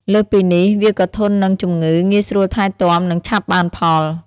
លើសពីនេះ វាក៏ធន់នឹងជំងឺ ងាយស្រួលថែទាំ និងឆាប់បានផល។